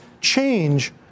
change